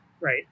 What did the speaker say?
Right